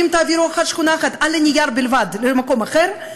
ואם תעבירו שכונה אחת על הנייר בלבד למקום אחר,